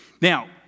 Now